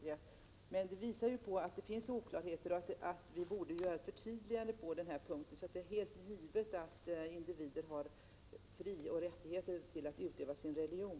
Det finns som sagt oklarheter i lagen, och därför bör det göras förtydliganden vad gäller individens rätt att fritt få utöva sin religion.